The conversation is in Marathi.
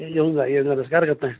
येऊन जा येऊन जा असं कार करता आहात